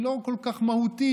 היא לא כל כך מהותית,